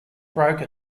broken